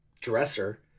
dresser